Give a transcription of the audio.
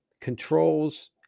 controls